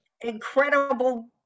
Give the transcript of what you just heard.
incredible